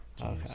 Okay